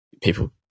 people